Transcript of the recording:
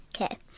Okay